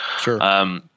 Sure